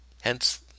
Hence